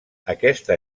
aquesta